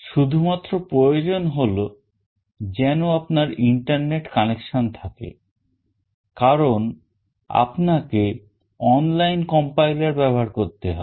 শুধুমাত্র প্রয়োজন হল যেন আপনার internet connection থাকে কারণ আপনাকে online compiler ব্যবহার করতে হবে